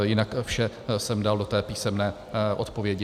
Jinak vše jsem dal do té písemné odpovědi.